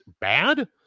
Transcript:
bad